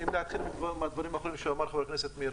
אני אם לארבעה ילדים קטנים מאוד.